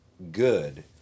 Good